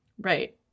Right